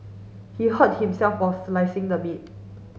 he hurt himself while slicing the meat